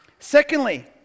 Secondly